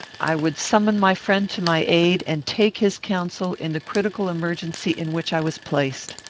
i would summon my friend to my aid, and take his counsel in the critical emergency in which i was placed.